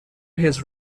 his